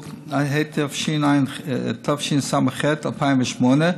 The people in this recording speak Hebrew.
התשס"ח 2008,